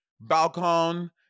Balcon